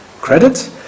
credit